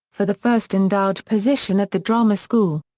for the first endowed position at the drama school.